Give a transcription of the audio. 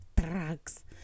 Drugs